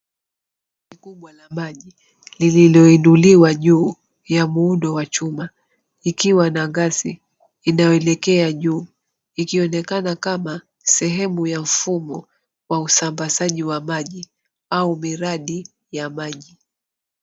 Kuba la maji lililoinuliwa juu ya muundo wa chuma, ikiwa na ngazi inayoelekea juu, ikionekana kama sehemu ya mfumo wa usambazaji wa maji au miradi ya maji.